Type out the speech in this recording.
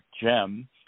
gem